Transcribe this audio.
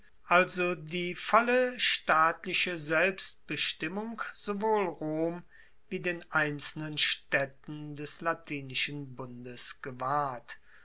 also die volle staatliche selbstbestimmung sowohl rom wie den einzelnen staedten des latinischen bundes gewahrt